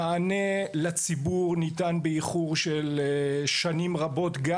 המענה לציבור ניתן באיחור של שנים רבות גם